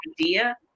idea